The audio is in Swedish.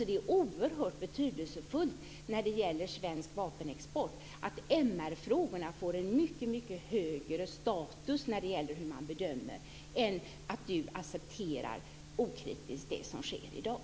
Det är oerhört betydelsefullt när det gäller svensk vapenexport att MR-frågorna får en mycket högre status när det gäller hur man bedömer än att Carina Hägg okritiskt accepterar det som sker i dag.